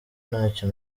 ntacyo